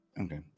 Okay